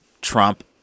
Trump